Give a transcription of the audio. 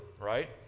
right